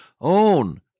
own